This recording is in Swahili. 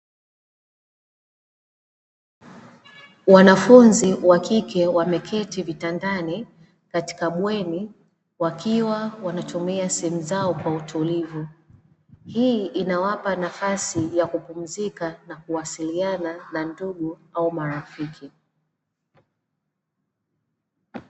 Wanafunzi wa kike wameketi vitandani katika bweni wakiwa wanatumia simu zao kwa utulivu, hii inawapa nafasi ya kupumzika na kuwasiliana na ndugu au marafiki.